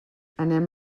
anem